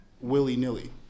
willy-nilly